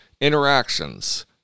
interactions